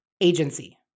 Agency